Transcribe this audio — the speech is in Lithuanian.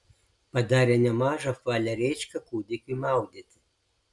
padarė nemažą apvalią rėčką kūdikiui maudyti